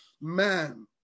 man